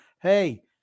Hey